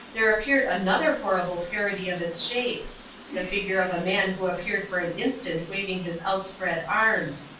there appeared another horrible parody of its shape the figure of a man who appeared for an instant waving his outspread arms.